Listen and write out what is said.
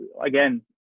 again